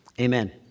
amen